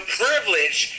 privilege